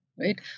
right